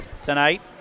Tonight